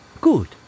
Good